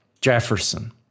Jefferson